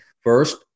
first